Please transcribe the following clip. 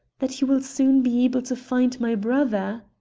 that you will soon be able to find my brother?